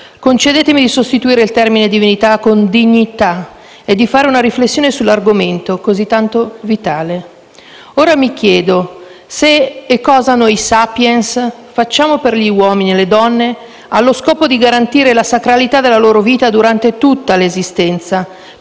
Concedetemi di sostituite il termine divinità con dignità e di fare una riflessione sull'argomento, così tanto vitale. Ora mi chiedo se e cosa noi *sapiens* facciamo per gli uomini e le donne allo scopo di garantire la sacralità della loro vita durante tutta l'esistenza,